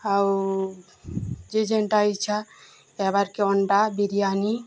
ଆଉ ଯେ ଯେନ୍ଟା ଇଚ୍ଛା ଏବାର୍ କେ ଅଣ୍ଡା ବିରିୟାନୀ